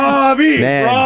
Robbie